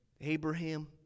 Abraham